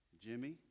Jimmy